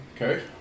Okay